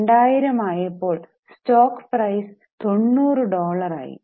2000 ആയപ്പോൾ stock price 90 dollar ആയി